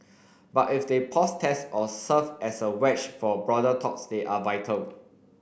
but if they pause test or serve as a wedge for broader talks they are vital